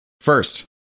First